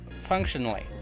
functionally